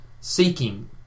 seeking